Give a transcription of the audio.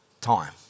time